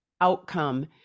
outcome